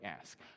ask